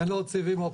אין לו סיבים אופטיים.